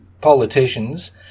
politicians